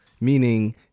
Meaning